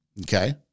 okay